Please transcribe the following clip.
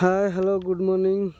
hi hello good morning